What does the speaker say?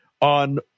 on